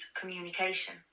communication